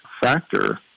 factor